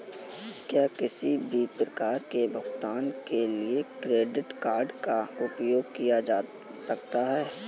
क्या किसी भी प्रकार के भुगतान के लिए क्रेडिट कार्ड का उपयोग किया जा सकता है?